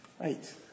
Right